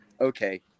okay